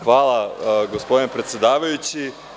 Hvala gospodine predsedavajući.